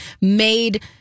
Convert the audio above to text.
made